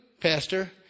pastor